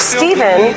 Stephen